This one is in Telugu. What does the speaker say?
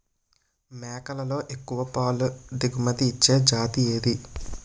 మేకలలో ఎక్కువ పాల దిగుమతి ఇచ్చే జతి ఏది?